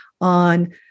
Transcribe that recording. on